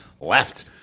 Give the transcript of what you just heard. left